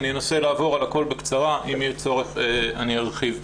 אני אנסה לעבור על הכל בקצרה ואם יהיה צורך אני ארחיב.